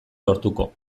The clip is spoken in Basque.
lortuko